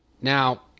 Now